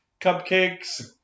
cupcakes